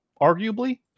arguably